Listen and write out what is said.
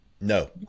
No